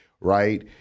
right